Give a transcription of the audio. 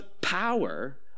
power